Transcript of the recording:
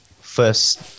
first